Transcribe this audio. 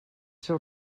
seus